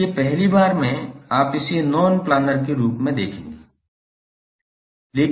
इसलिए पहली बार में आप इसे नॉन प्लानर के रूप में मानेंगे